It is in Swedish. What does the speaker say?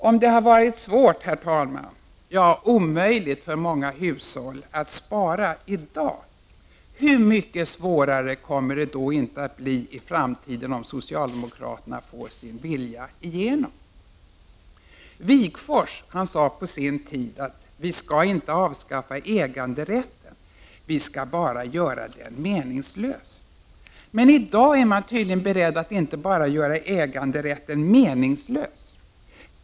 Om det har varit svårt, ja omöjligt, för många hushåll att spara idag; hur mycket svårare kommer det då inte att bli i framtiden om socialdemokraterna får sin vilja igenom? Ernst Wigforss sade på sin tid: Vi skall inte avskaffa äganderätten, vi skall bara göra den meningslös. Men i dag är man tydligen beredd att inte bara göra äganderätten meningslös.